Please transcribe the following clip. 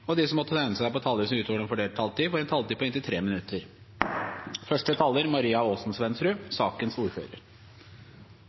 og de som måtte tegne seg på talerlisten utover den fordelte taletid, får en taletid på inntil 3 minutter.